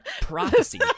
prophecy